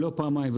ולא פעמים,